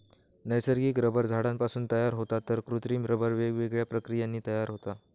नैसर्गिक रबर झाडांपासून तयार होता तर कृत्रिम रबर वेगवेगळ्या प्रक्रियांनी तयार होता